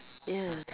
ya